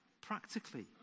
practically